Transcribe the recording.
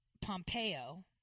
Pompeo